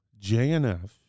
JNF